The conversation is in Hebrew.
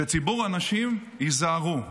שציבור הנשים ייזהרו.